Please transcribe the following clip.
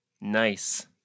Nice